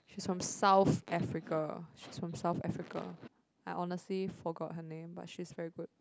she's from South Africa she's from South Africa I honestly forgot her name but she's very good